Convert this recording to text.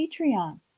Patreon